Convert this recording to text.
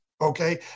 Okay